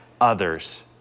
others